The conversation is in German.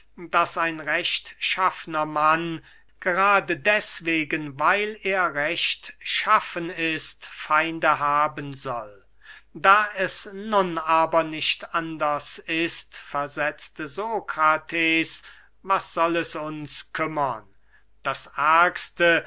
daß ein rechtschaffner mann gerade deßwegen weil er rechtschaffen ist feinde haben soll da es nun aber nicht anders ist versetzte sokrates was soll es uns kümmern das